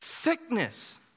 sickness